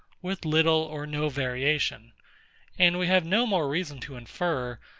with little or no variation and we have no more reason to infer,